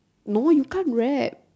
no you can't rap